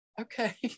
okay